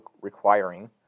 requiring